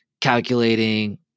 calculating